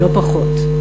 לא פחות.